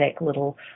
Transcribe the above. little